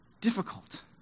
Difficult